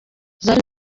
zari